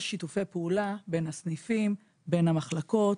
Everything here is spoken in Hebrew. קיימים שיתופי פעולה בין הסניפים ובין המחלקות,